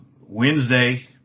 Wednesday